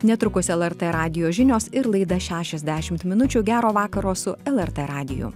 netrukus el er t radijo žinios ir laida šešiasdešimt minučių gero vakaro su el er t radiju